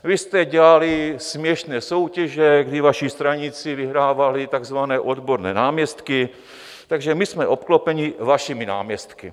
Vy jste dělali směšné soutěže, kdy vaši straníci vyhrávali takzvané odborné náměstky, takže my jsme obklopeni vašimi náměstky.